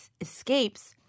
escapes